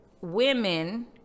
women